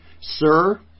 Sir